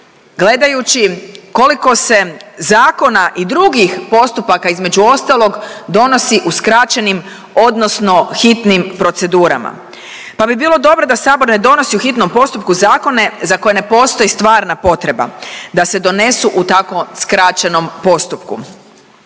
gledajući koliko se zakona i drugih postupaka između ostalog donosi u skraćenim odnosno hitnim procedurama pa bi bilo dobro da sabor ne donosi u hitnom postupku zakone za koje ne postoji stvarna potreba da se donesu u tako skraćenom postupku.